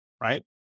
Right